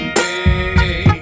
hey